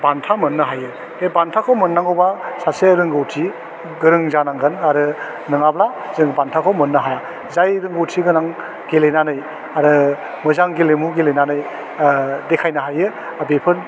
बान्था मोन्नो हायो बे बान्थाखौ मोननांगौबा सासे रोंगौथि गोरों जानांगोन आरो नोङाब्ला जों बान्थाखौ मोननो हाया जाय रोंगौथि गोनां गेलेनानै आरो मोजां गेलेमु गेलेनानै देखायनो बेफोर